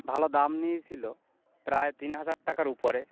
ভালো দাম নিয়েছিলো প্রায় তিন হাজার টাকার উপরে